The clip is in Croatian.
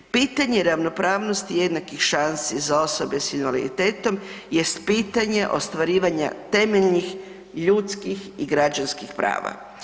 Pitanje ravnopravnosti jednakih šansi za osobe sa invaliditetom jest pitanje ostvarivanja temeljenih ljudskih i građanskih prava.